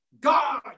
God